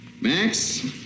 Max